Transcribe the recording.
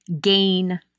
Gain